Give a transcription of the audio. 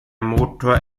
motor